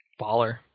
Baller